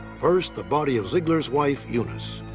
first, the body of zeigler's wife, eunice.